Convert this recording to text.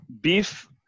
beef